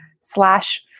slash